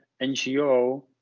NGO